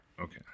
Okay